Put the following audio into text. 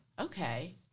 okay